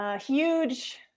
Huge